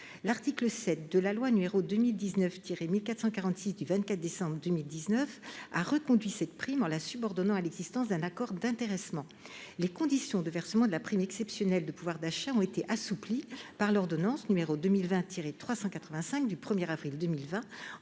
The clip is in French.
L'article 7 de la loi n° 2019-1446 du 24 décembre 2019 a reconduit cette prime en la subordonnant à l'existence d'un accord d'intéressement. Les conditions de versement de la prime exceptionnelle de pouvoir d'achat ont été assouplies par l'ordonnance n° 2020-385 du 1 avril 2020